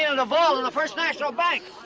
and the vault of the first national bank.